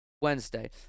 Wednesday